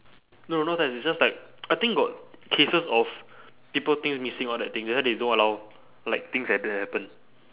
no not that it's just like I think got cases of people things missing all that thing that's why they don't allow like things like that to happen